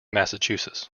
massachusetts